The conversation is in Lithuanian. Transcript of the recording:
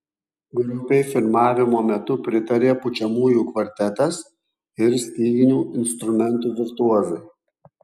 grupei filmavimo metu pritarė pučiamųjų kvartetas ir styginių instrumentų virtuozai